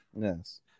Yes